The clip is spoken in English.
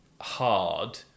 hard